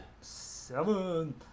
seven